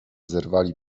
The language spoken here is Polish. zerwali